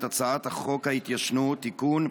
את הצעת חוק ההתיישנות (תיקון,